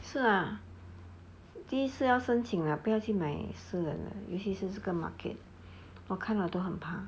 是啊第一次要申请不要去买私人的尤其是这个 market 我看我都很怕